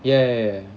ya ya ya